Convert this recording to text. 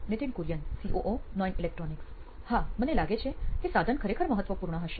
Nithin Kurian COO નોઇન electronics હા મને લાગે છે કે સાધન ખરેખર મહત્વપૂર્ણ હશે